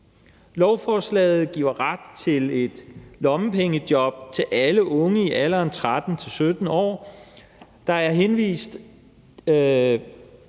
Lovforslaget giver ret til et lommepengejob til alle unge i alderen 13-17 år,